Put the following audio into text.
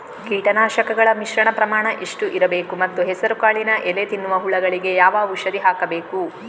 ಕೀಟನಾಶಕಗಳ ಮಿಶ್ರಣ ಪ್ರಮಾಣ ಎಷ್ಟು ಇರಬೇಕು ಮತ್ತು ಹೆಸರುಕಾಳಿನ ಎಲೆ ತಿನ್ನುವ ಹುಳಗಳಿಗೆ ಯಾವ ಔಷಧಿ ಹಾಕಬೇಕು?